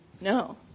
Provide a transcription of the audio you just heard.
No